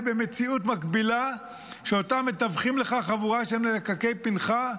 במציאות מקבילה שאותה מתווכים לך חבורה של מלקקי פנכה,